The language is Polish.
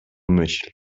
myśl